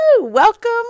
Welcome